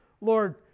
Lord